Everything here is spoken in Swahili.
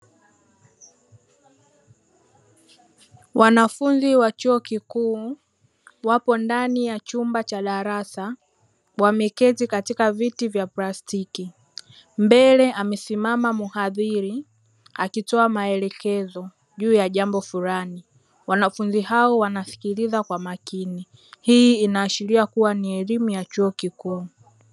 Wanafunzi wa chuo kikuu wapo ndani ya chumba cha darasa, wameketi katika viti vya plastiki. Mbele amesimama mhadhiri akitoa maelekezo juu ya jambo fulani. Wanafunzi hao wanasikiliza kwa makini. Hii inaashiria kuwa ni elimu ya chuo kikuu.